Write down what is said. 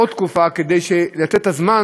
עוד תקופה כדי לתת זמן